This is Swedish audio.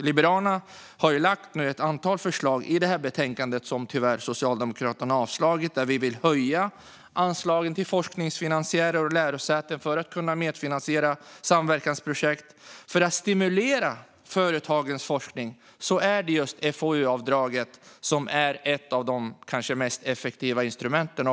Liberalerna har lagt fram ett antal förslag i betänkandet som Socialdemokraterna tyvärr har avslagit. Vi vill höja anslagen till forskningsfinansiärer och lärosäten för att kunna medfinansiera samverkansprojekt. För att stimulera företagens forskning är FoU-avdraget bland de mest effektiva instrumenten.